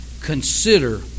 consider